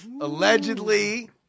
allegedly